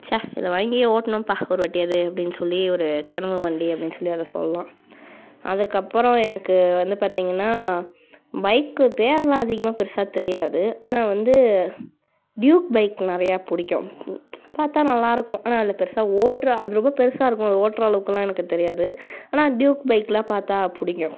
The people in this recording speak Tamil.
ச்ச இதை வாங்கி ஓட்டணும்பா ஒருவாட்டியாவது அப்படினு சொல்லி ஒரு கனவு வண்டி அப்படினு சொல்லி அதை சொல்லலாம் அதுக்கு அப்புறம் எனக்கு வந்து பார்த்தீங்கன்னா பைக்கு பேரெல்லாம் அதிகமாக பெருசாக தெரியாது ஆனால் வந்து டியூக் பைக் நிறையா பிடிக்கும் பார்த்தா நல்லாயிருக்கும் ஆனால் அதில் பெருசாக ஓட்டுற அது ரொம்ப பெருசாக இருக்கும் அது ஓட்டுற அளவுக்கெல்லாம் எனக்கு தெரியாது ஆனால் டியூக் பைகெல்லாம் பார்த்தா பிடிக்கும்